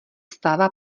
stává